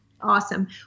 Awesome